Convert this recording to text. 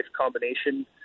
combination